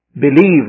believed